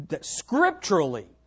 scripturally